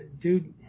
Dude